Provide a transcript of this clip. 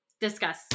discuss